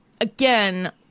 again